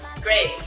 Great